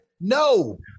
no